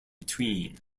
between